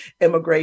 Immigration